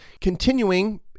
continuing